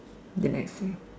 damn ex leh